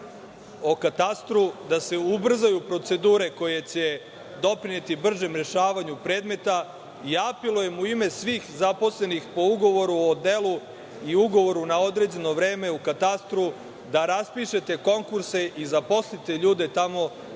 o katastru, da se ubrzaju procedure koje će doprineti bržem rešavanju predmeta. Apelujem u ime svih zaposlenih po ugovoru o delu i ugovoru na određeno vreme u katastru da raspišete konkurse i zaposlite ljude tamo